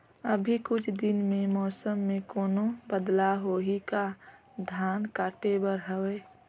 अभी कुछ दिन मे मौसम मे कोनो बदलाव होही का? धान काटे बर हवय?